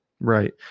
Right